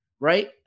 Right